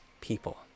people